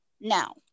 Now